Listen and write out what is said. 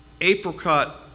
apricot